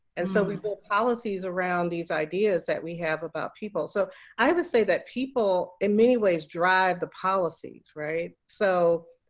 and so we built policies around these ideas we have about people. so i would say that people in many ways drive the policies right? so,